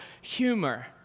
humor